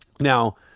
Now